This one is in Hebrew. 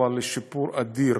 אבל לשיפור אדיר,